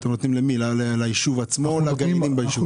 למי אתם נותנים - ליישוב או לגרעין ביישוב?